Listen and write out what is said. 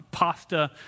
pasta